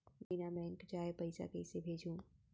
बिना बैंक जाये पइसा कइसे भेजहूँ?